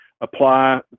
apply